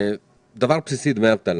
הדבר הבסיסי הוא דמי אבטלה.